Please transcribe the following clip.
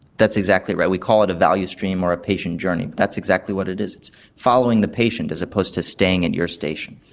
that's exactly right, we call it a value stream or a patient journey, but that's exactly what it is, it's following the patient as opposed to staying at your station.